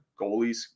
goalies